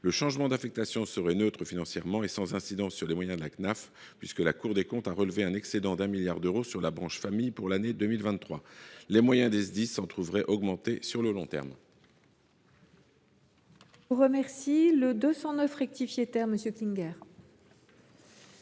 Le changement d’affectation serait neutre financièrement et sans incidence sur les moyens de la Cnaf, puisque la Cour des comptes a relevé un excédent de 1 milliard d’euros sur la branche famille pour l’année 2023. Les moyens des Sdis s’en trouveraient augmentés sur le long terme.